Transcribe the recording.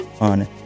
on